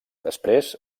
després